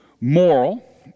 moral